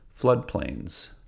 floodplains